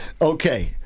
Okay